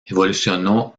evolucionó